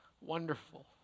Wonderful